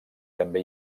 també